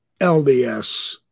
LDS